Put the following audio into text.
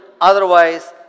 otherwise